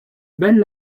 bel